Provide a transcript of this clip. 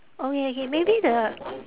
okay okay maybe the